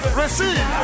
receive